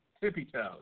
Tippy-toes